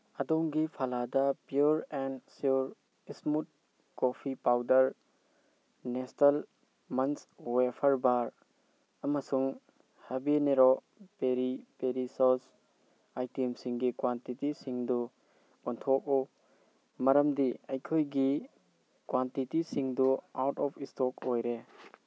ꯑꯗꯣꯝꯒꯤ ꯐꯂꯥꯗ pure and sure ꯏꯁꯃꯨꯠ coffee powder Nestle munch wafer bar ꯑꯃꯁꯨꯡ ꯍꯕꯦꯅꯦꯔꯣ ꯄꯦꯔꯤ ꯄꯦꯔꯤ ꯁꯣꯁ ꯑꯥꯏꯇꯦꯝꯁꯤꯡꯒꯤ ꯀ꯭ꯋꯥꯟꯇꯤꯇꯤꯁꯤꯡꯁꯨ ꯑꯣꯟꯊꯣꯛꯎ ꯃꯔꯝꯗꯤ ꯑꯩꯈꯣꯏꯒꯤ ꯀ꯭ꯋꯥꯟꯇꯤꯇꯤꯁꯤꯡꯗꯨ ꯑꯥꯎꯠ ꯑꯣꯞ ꯏꯁꯇꯣꯛ ꯑꯣꯏꯔꯦ